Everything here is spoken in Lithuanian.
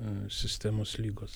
sistemos ligos